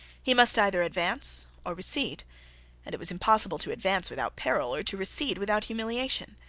he must either advance or recede and it was impossible to advance without peril, or to recede without humiliation.